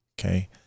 okay